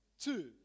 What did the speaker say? Two